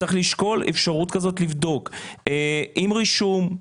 צריך לשקול אפשרות כזאת לבדוק עם רישום,